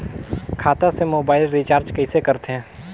खाता से mobile recharge कइसे करथे